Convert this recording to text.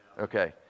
okay